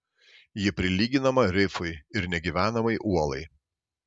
ji prilyginama rifui ir negyvenamai uolai